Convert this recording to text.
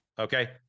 Okay